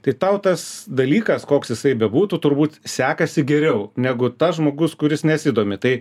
tai tau tas dalykas koks jisai bebūtų turbūt sekasi geriau negu tas žmogus kuris nesidomi tai